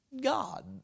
God